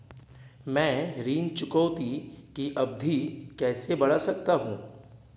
मैं ऋण चुकौती की अवधि कैसे बढ़ा सकता हूं?